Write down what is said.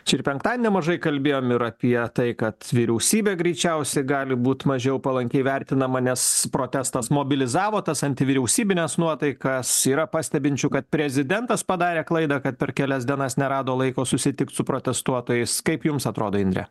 čia ir penktadienį nemažai kalbėjom ir apie tai kad vyriausybė greičiausiai gali būt mažiau palankiai vertinama nes protestas mobilizavo tas anti vyriausybines nuotaikas yra pastebinčių kad prezidentas padarė klaidą kad per kelias dienas nerado laiko susitikt su protestuotojais kaip jums atrodo indre